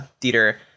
theater